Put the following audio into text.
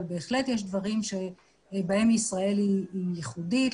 אבל בהחלט יש דברים שבהם ישראל היא ייחודית.